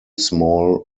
small